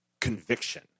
conviction